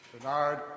Bernard